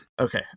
okay